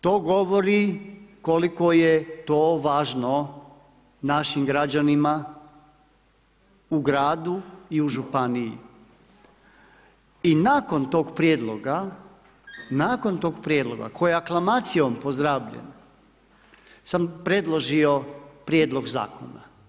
To govori koliko je to važno našim građanima u gradu i u županiji i nakon tog prijedloga, nakon tog prijedloga koji je aklamacijom pozdravljen sam predložio Prijedlog zakona.